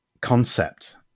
concept